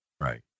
Right